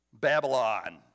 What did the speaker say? Babylon